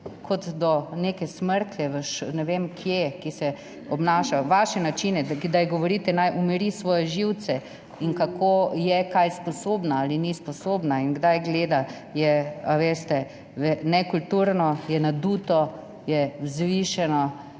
kot do neke smrklje ne vem kje, ki se obnaša na vaš način, da ji govorite, naj umiri svoje živce in kako je kaj sposobna ali ni sposobna in kdaj gleda, je, a veste, nekulturno, je naduto, je vzvišeno.